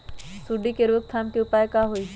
सूंडी के रोक थाम के उपाय का होई?